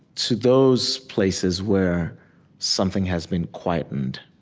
to those places where something has been quietened,